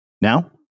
Now